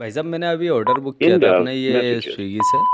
भाई साहब मैंने अभी ऑर्डर बुक किया था अपना ये स्विग्गी से